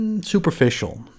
superficial